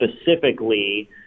specifically